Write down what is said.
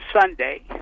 Sunday